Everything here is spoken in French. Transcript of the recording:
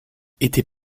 était